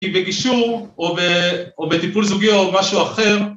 ‫היא בגישור או בטיפול זוגי ‫או משהו אחר.